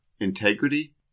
integrity